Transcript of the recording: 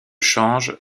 change